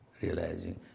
realizing